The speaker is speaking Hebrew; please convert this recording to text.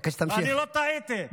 אני לא טעיתי.